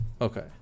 Okay